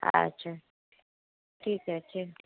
আচ্ছা ঠিক আছে